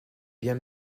bien